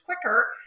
quicker